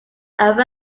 iran